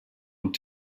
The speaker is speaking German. und